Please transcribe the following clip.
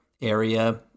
area